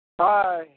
Hi